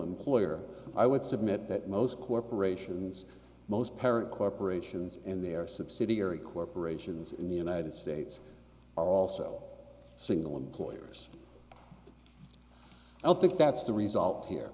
employer i would submit that most corporations most parent corporations in their subsidiary corporations in the united states are also single employers think that's the result here